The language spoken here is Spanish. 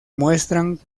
muestran